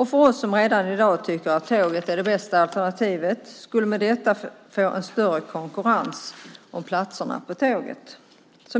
För oss som redan i dag tycker att tåget är det bästa alternativet skulle detta innebära att det blir större konkurrens om platserna på tåget.